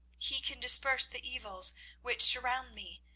he can disperse the evils which surround me,